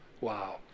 Wow